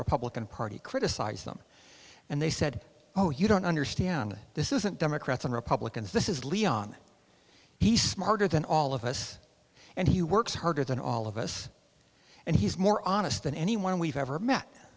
republican party criticized them and they said oh you don't understand that this isn't democrats and republicans this is leon he's smarter than all of us and he works harder than all of us and he's more honest than anyone we've ever met